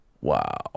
Wow